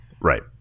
Right